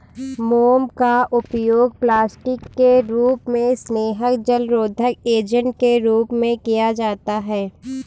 मोम का उपयोग प्लास्टिक के रूप में, स्नेहक, जलरोधक एजेंट के रूप में किया जाता है